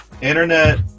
Internet